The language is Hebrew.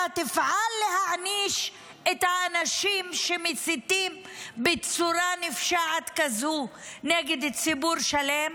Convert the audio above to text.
אתה תפעל להעניש את האנשים שמסיתים בצורה נפשעת כזאת נגד ציבור שלם?